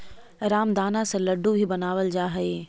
रामदाना से लड्डू भी बनावल जा हइ